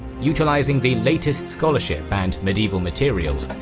utilizing the latest scholarship and medieval materials,